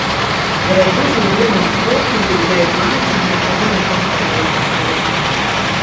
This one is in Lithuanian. drabužiai vienos pokyliui jai pačiai niekada netampa galvos skausmu